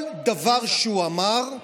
כל דבר שהוא אמר,